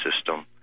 system